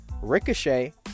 Ricochet